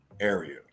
area